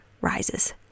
rises